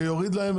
זה יוריד להם.